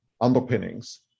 underpinnings